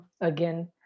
again